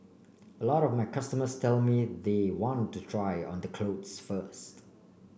a lot of my customers tell me they want to try on the clothes first